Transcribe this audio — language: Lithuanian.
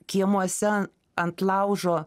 kiemuose ant laužo